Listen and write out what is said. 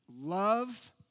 love